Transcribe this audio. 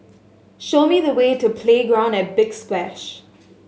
show me the way to Playground at Big Splash